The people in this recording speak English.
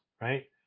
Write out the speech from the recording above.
right